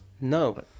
No